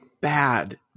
bad